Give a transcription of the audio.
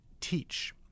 teach